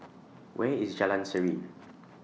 Where IS Jalan Serene